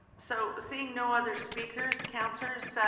so seeing no other speakers, councillors,